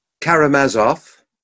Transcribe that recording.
Karamazov